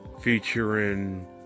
featuring